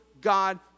God